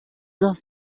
does